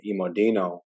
Imodino